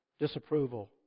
disapproval